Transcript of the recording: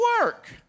work